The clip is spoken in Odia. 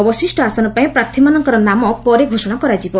ଅବଶିଷ୍ଟ ଆସନପାଇଁ ପ୍ରାର୍ଥୀମାନଙ୍କର ନାମ ପରେ ଘୋଷଣା କରାଯିବ